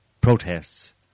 protests